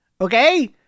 Okay